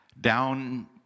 down